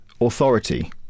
authority